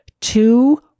two